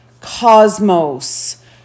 cosmos